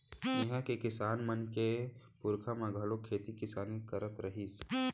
इहां के किसान मन के पूरखा मन घलोक खेती किसानी करत रिहिस